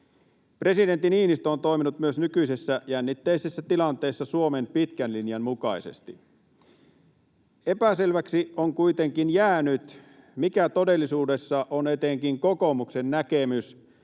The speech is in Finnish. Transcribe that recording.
Presidentti Niinistö on toiminut myös nykyisessä, jännitteisessä tilanteessa Suomen pitkän linjan mukaisesti. Epäselväksi on kuitenkin jäänyt, mikä todellisuudessa on etenkin kokoomuksen näkemys,